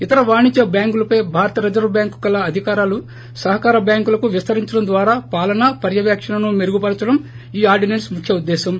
ఇతర వాణిజ్య బ్యాంకులపై భారత రిజర్వు బ్యాంకుకు కల అధికారాలు సహకార బ్యాంకులకు విస్తరించడం ద్వారా పాలన పర్యవేక్షణను మెరుగుపరచడం ఈ ఆర్దినెన్స్ ముఖ్య ఉద్దేశం